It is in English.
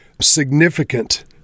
significant